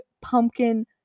pumpkin